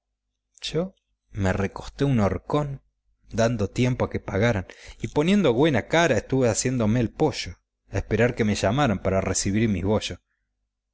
yo me arrescosté a un horcón dando tiempo a que pagaran y poniendo güena cara estuve haciéndome el poyo a esperar que me llamaran para recibir mi boyo